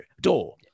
door